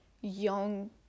young